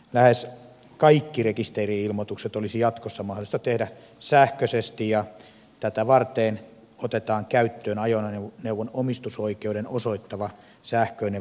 lähes kaikki rekisteri ilmoitukset olisi jatkossa mahdollista tehdä sähköisesti ja tätä varten otetaan käyttöön ajoneuvon omistusoikeuden osoittava sähköinen varmenne